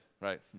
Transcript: right